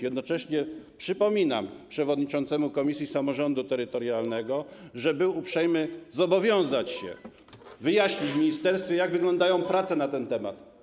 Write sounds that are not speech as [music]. Jednocześnie przypominam przewodniczącemu komisji samorządu terytorialnego, że był uprzejmy zobowiązać [noise] się, wyjaśnić w ministerstwie, jak wyglądają prace nad tym zagadnieniem.